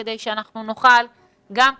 כדי שאנחנו נוכל גם כחברה,